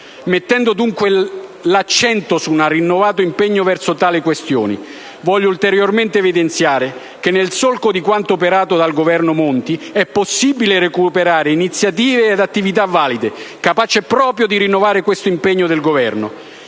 mettendo dunque l'accento su un rinnovato impegno verso tali questioni. Voglio ulteriormente evidenziare che, nel solco di quanto operato dal Governo Monti, è possibile recuperare iniziative ed attività valide, capaci proprio di rinnovare questo impegno del Governo.